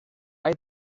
hay